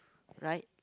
right